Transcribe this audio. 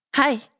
Hi